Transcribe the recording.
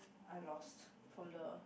I lost from the